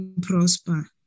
Prosper